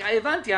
הבנתי.